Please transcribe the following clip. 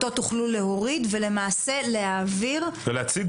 אותו תוכלו להוריד ולמעשה להעביר ולהציג